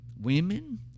women